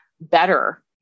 better